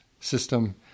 system